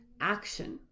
action